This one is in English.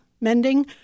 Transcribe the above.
mending